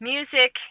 Music